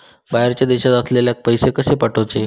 बाहेरच्या देशात असलेल्याक पैसे कसे पाठवचे?